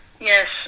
Yes